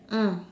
mm